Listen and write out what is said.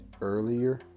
earlier